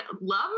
love